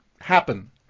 happen